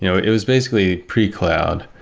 you know it was basically pre-cloud.